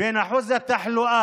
בין אחוז התחלואה